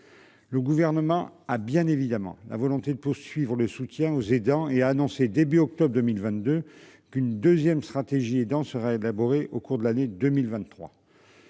Le gouvernement a bien évidemment la volonté de poursuivre le soutien aux aidants et a annoncé début octobre 2022 qu'une deuxième stratégie dans sera élaboré au cours de l'année 2023.